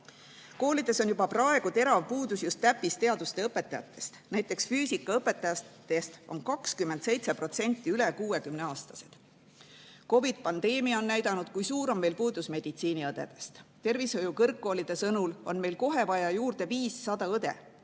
Koolides on juba praegu terav puudus just täppisteaduste õpetajatest, näiteks füüsikaõpetajatest on 27% üle 60‑aastased. COVID‑i pandeemia on näidanud, kui suur puudus on meil meditsiiniõdedest. Tervishoiukõrgkoolide sõnul on meil kohe vaja juurde 500 õde.